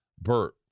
Bert